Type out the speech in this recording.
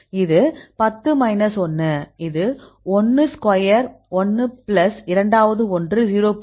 இது 10 மைனஸ் 1 இது 1 square 1 plus இரண்டாவது ஒன்று 0